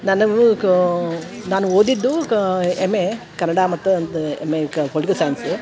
ನನಗೂ ಕಾ ನಾನು ಓದಿದ್ದು ಕಾ ಎಮ್ ಎ ಕನ್ನಡ ಮತ್ತು ಒಂದು ಎಮ್ ಎ ಕ ಪೊಲ್ಟಿಕಲ್ ಸೈನ್ಸ್